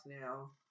now